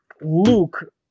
Luke